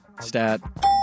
Stat